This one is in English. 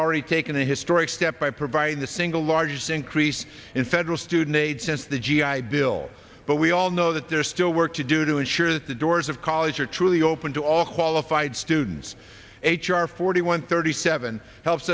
already taken a historic step by providing the single largest increase in federal student aid says the g i bill but we all know that there are still work to do to ensure that the doors of college are truly open to all qualified students our forty one thirty seven helps